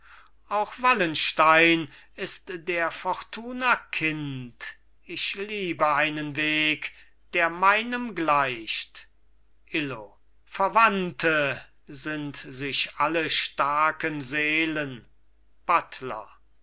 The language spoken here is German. auch wallenstein ist der fortuna kind ich liebe einen weg der meinem gleicht illo verwandte sind sich alle starken seelen buttler